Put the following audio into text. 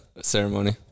Ceremony